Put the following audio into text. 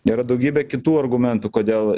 yra daugybė kitų argumentų kodėl